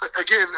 again